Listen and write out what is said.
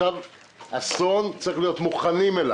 לאסון צריכים להיות מוכנים.